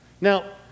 Now